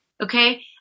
Okay